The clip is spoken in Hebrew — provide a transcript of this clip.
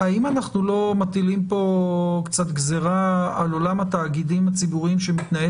האם אנחנו לא מטילים כאן קצת גזרה על עולם התאגידים הציבוריים שמתנהל